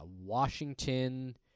Washington